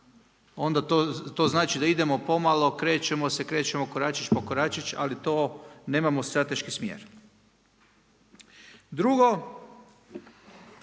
onda to znači da idemo pomalo, krećemo se, krećemo koračić po koračić ali to nemamo strateški smjer. Drugo,